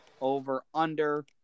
over-under